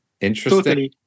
interesting